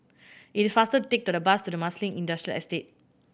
it is faster take the bus to Marsiling Industrial Estate